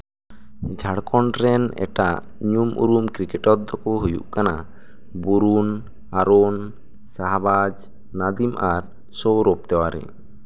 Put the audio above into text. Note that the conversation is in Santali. ᱡᱷᱟᱲᱠᱷᱚᱱᱰ ᱨᱮᱱ ᱮᱴᱟᱜ ᱧᱩᱢ ᱩᱨᱩᱢ ᱠᱨᱤᱠᱮᱴᱚᱨ ᱫᱚᱠᱚ ᱦᱩᱭᱩᱜ ᱠᱟᱱᱟ ᱵᱩᱨᱩᱱ ᱚᱨᱩᱱ ᱥᱟᱦᱟᱵᱟᱡ ᱱᱟᱵᱷᱤᱢ ᱟᱨ ᱥᱳᱣᱨᱚᱵᱷ ᱛᱮᱣᱟᱨᱤ